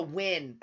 win